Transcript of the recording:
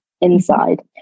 inside